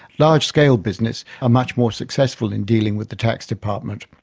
large-scale business are much more successful in dealing with the tax department.